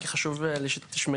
כי חשוב שתשמעי